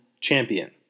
champion